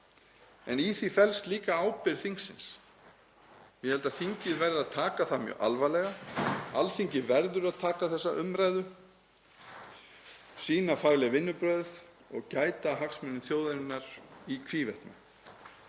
En í því felst líka ábyrgð þingsins. Ég held að þingið verði að taka þetta mjög alvarlega. Alþingi verður að taka þessa umræðu, sýna fagleg vinnubrögð og gæta að hagsmunum þjóðarinnar í hvívetna.